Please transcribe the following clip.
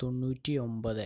തൊണ്ണൂറ്റി ഒമ്പത്